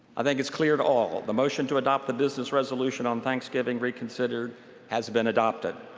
i think it's clear to all. the motion to adopt the business resolution on thanksgiving re re-considered has been adopted.